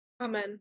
Amen